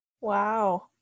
Wow